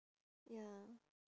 ya